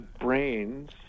brains